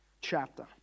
chapter